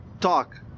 talk